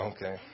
Okay